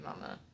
mama